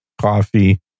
Coffee